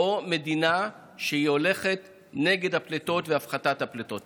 או מדינה שהולכת נגד הפליטות והפחתת הפליטות?